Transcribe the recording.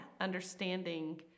understanding